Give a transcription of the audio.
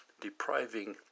depriving